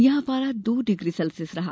यहां पारा दो डिग्री सेल्सियस रहा